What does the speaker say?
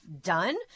done